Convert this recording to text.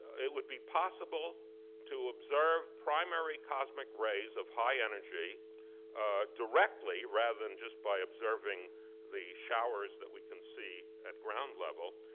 it would be possible to observe primary cosmic rays of high energy directly, rather than just by observing the showers that we can see at ground level.